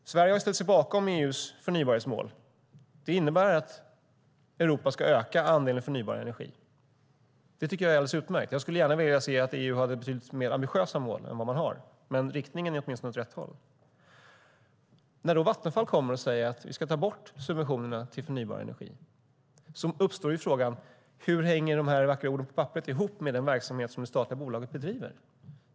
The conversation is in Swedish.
Sverige har ställt sig bakom EU:s förnybarhetsmål. Det innebär att Europa ska öka andelen förnybar energi. Det tycker jag är alldeles utmärkt. Jag skulle gärna vilja se att EU hade betydligt mer ambitiösa mål än vad man har, men riktningen är åtminstone åt rätt håll. När då Vattenfall kommer och säger att vi ska ta bort subventionerna till förnybar energi uppstår frågan: Hur hänger de vackra orden på papperet ihop med den verksamhet som det statliga bolaget bedriver?